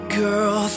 girl